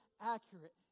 accurate